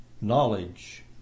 knowledge